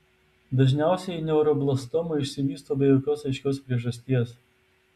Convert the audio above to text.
dažniausiai neuroblastoma išsivysto be jokios aiškios priežasties